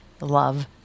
love